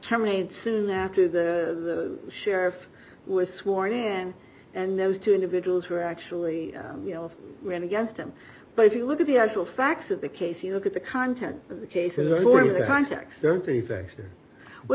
terminated soon after the sheriff was sworn in and those two individuals who are actually ran against him but if you look at the actual facts of the case you look at the content of the cases